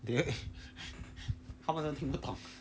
is it 他们都听不到